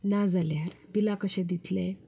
ना जाल्यार बिलां कशीं दितले